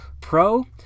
Pro